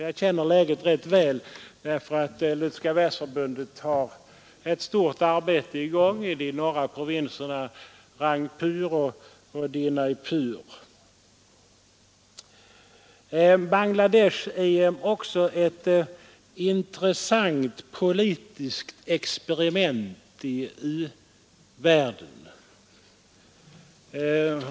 Jag känner läget rätt väl, därför att Lutherska världsförbundet har ett stort rehabiliteringsprogram i gång i de norra provinserna Rangpur och Dinajpur. Bangladesh är också ett intressant politiskt experiment i u-världen.